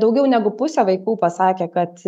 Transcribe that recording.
daugiau negu pusę vaikų pasakė kad